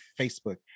Facebook